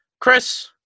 Chris